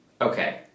Okay